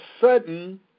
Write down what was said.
sudden